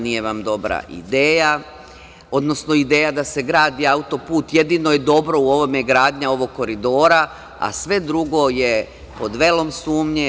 Nije vam dobra ideja, odnosno ideja da se gradi autoput, jedino je dobro u ovome gradnja ovog koridora, a sve drugo je pod velom sumnje.